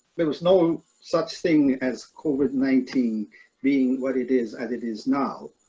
there was no such thing as covid nineteen being what it is as it is now.